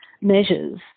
measures